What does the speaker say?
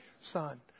Son